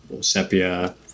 Sepia